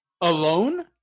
alone